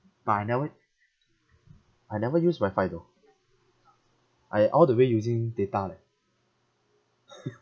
but I never I never use wifi though I all the way using data leh